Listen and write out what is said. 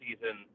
season